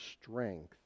strength